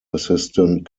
assistant